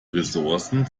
ressourcen